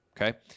okay